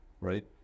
right